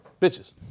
bitches